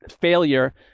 failure